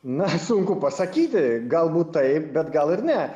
na sunku pasakyti galbūt taip bet gal ir ne